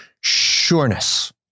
sureness